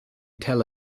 tel